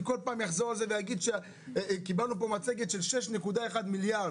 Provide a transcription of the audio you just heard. אני כל הזמן אחזור על זה ואגיד שקיבלנו פה מצגת של 6.1 מיליארד,